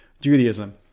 Judaism